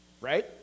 Right